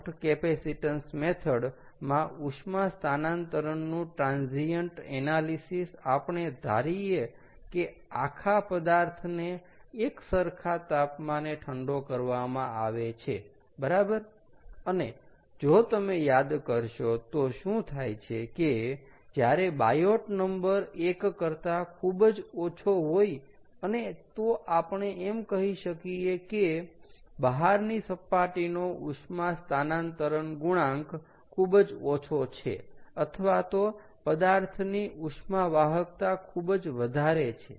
lumped capacitance method માં ઉષ્મા સ્થાનંતરણનું ટ્રાન્સીયન્ટ એનાલિસિસ આપણે ધારીએ કે આખા પદાર્થને એક સરખા તાપમાને ઠંડો કરવામાં આવે છે બરાબર અને જો તમે યાદ કરશો તો શું થાય છે કે જ્યારે બાયોટ નંબર 1 કરતા ખુબ જ ઓછો હોય અને તો આપણે એમ કહી શકીએ કે બહારની સપાટી નો ઉષ્મા સ્થાનંતરણ ગુણાંક ખુબ જ ઓછો છે અથવા તો પદાર્થની ઉષ્મા વાહકતા ખુબ જ વધારે છે